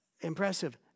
impressive